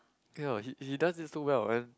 ya he he does it so well and